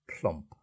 plump